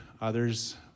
others